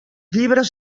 llibres